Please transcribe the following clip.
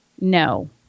no